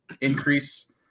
increase